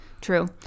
True